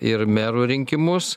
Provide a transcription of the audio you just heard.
ir merų rinkimus